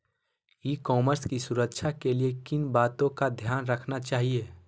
ई commerce की सुरक्षा के लिए किन बातों का ध्यान रखना चाहिए?